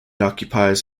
occupies